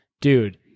Dude